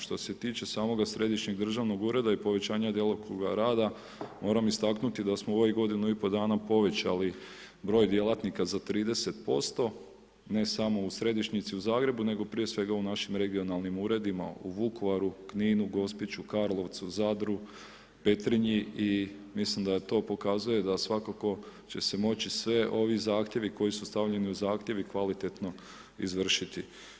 Što se tiče samoga središnjeg državnog ureda i povećanje djelokruga rada, moram istaknuti da smo u ovoj godinu i pol dana, povećali broj djelatnika za 30%, ne samo u središnjici u Zagrebu, nego prije svega u našim regionalnim uredima u Vukovaru, Kninu, Gospiću, Karlovcu, Zadru, Petrinji i mislim da to pokazuje da svakako će se moći sve ovi zahtjevi, koji su stavljeni u zahtjeve kvalitetno izvršiti.